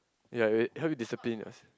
ya it it help you discipline